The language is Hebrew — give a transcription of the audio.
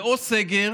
זה או סגר